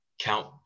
count